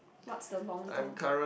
what's the long term